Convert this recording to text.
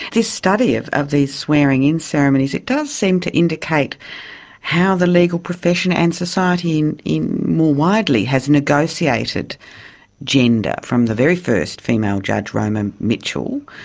this study of of these swearing-in ceremonies, it does seem to indicate how the legal profession and society and more widely has negotiated gender from the very first female judge, roma mitchell,